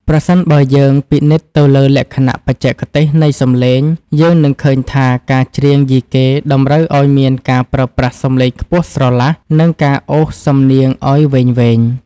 ប្រសិនបើយើងពិនិត្យទៅលើលក្ខណៈបច្ចេកទេសនៃសំឡេង យើងនឹងឃើញថាការច្រៀងយីកេតម្រូវឱ្យមានការប្រើប្រាស់សំឡេងខ្ពស់ស្រឡះ និងការអូសសំនៀងឱ្យវែងៗ។